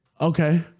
Okay